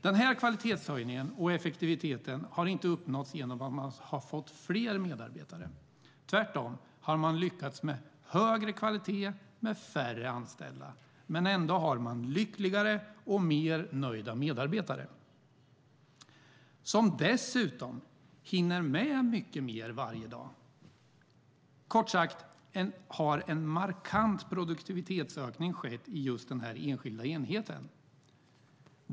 Den här kvalitetshöjningen och effektiviteten har inte uppnåtts genom att man fått fler medarbetare. Man har tvärtom lyckats uppnå högre kvalitet med färre anställda, men ändå har man lyckligare och mer nöjda medarbetare som dessutom hinner med mycket mer varje dag. Kort sagt har en markant produktivitetsökning skett i just den här enskilda enheten.